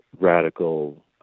radical